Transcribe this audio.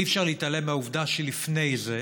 אי-אפשר להתעלם מהעובדה שלפני זה,